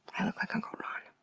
i look like uncle ron.